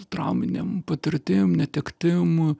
trauminėm patirtim netektim